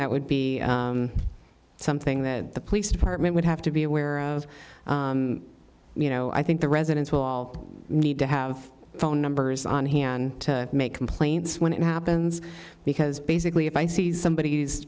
that would be something that the police department would have to be aware of you know i think the residents will all need to have phone numbers on hand to make complaints when it happens because basically if i see somebody